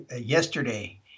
yesterday